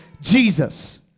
Jesus